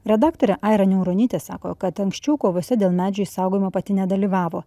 redaktorė aira niauronytė sako kad anksčiau kovose dėl medžių išsaugojimo pati nedalyvavo